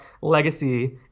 legacy